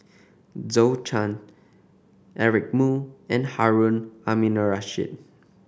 Zhou Can Eric Moo and Harun Aminurrashid